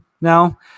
now